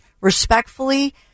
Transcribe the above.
Respectfully